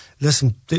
listen